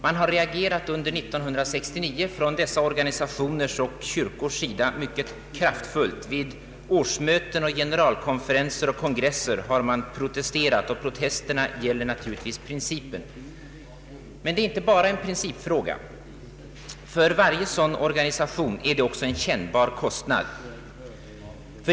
Organisationer och kyrkor har under år 1969 reagerat mycket kraftfullt. Vid årsmöten, generalkonferenser och kongresser har man protesterat livligt. Protesterna gäller naturligtvis principen. Men detta är inte bara en principfråga, utan för varje berörd organisation utgör den allmänna arbetsgivaravgiften också en kännbar kostnad.